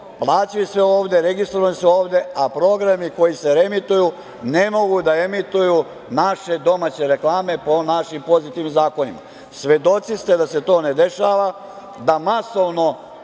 plaćaju sve ovde, registrovani su ovde, a programe koji se reemituju ne mogu da emituju naše domaće reklame po našim pozitivnim zakonima. Svedoci ste da se to ne dešava, da masovno